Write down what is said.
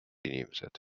inimesed